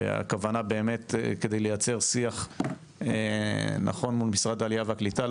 הכוונה באמת היא כדי לייצר שיח נכון מול משרד העלייה והקליטה.